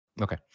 Okay